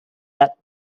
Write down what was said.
that